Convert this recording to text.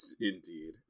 indeed